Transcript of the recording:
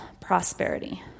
prosperity